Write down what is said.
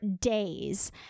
days